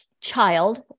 child